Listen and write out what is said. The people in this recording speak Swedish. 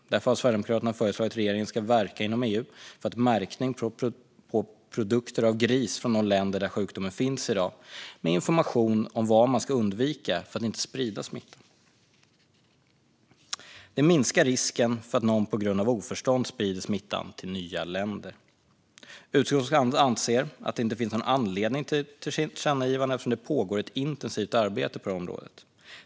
Därför har Sverigedemokraterna föreslagit att regeringen ska verka inom EU för märkning på produkter av gris från de länder där sjukdomen finns i dag med information om vad man ska undvika för att inte sprida smitta. Det minskar risken för att någon på grund av oförstånd sprider smittan till nya länder. Utskottet anser att det inte finns någon anledning till ett tillkännagivande eftersom det pågår ett intensivt arbete på området.